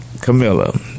Camilla